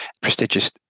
prestigious